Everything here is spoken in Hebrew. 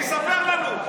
ספר לנו.